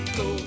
go